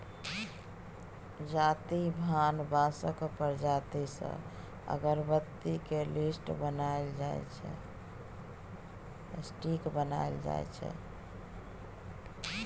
जाति भान बाँसक प्रजाति सँ अगरबत्ती केर स्टिक बनाएल जाइ छै